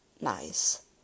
nice